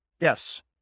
Yes